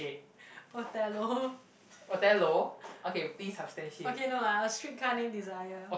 Othello okay no lah a street car named Desire